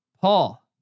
Paul